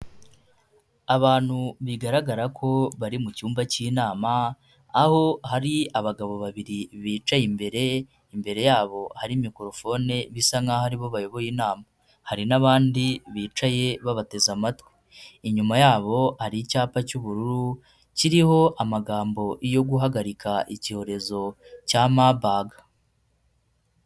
Abantu bigaragara ko bari mu cyumba cy'inama, aho hari abagabo babiri bicaye imbere, imbere yabo hari mikorofone bisa nkaho aribo bayoboye inama. Hari n'abandi bicaye babateze amatwi. Inyuma yabo hari icyapa cy'ubururu kiriho amagambo yo guhagarika icyorezo cya Murburg.